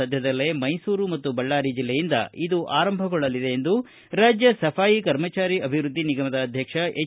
ಸದ್ದದಲ್ಲೇ ಮೈಸೂರು ಮತ್ತು ಬಳ್ಗಾರಿ ಜೆಲ್ಲೆಯಿಂದ ಇದು ಆರಂಭಗೊಳ್ಳಲಿದೆ ಎಂದು ರಾಜ್ಯ ಸಫಾಯಿ ಕರ್ಮಚಾರಿ ಅಭಿವೃದ್ದಿ ನಿಗಮದ ಅಧ್ಯಕ್ಷ ಹೆಚ್